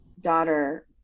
daughter